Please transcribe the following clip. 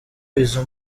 izo